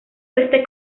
queste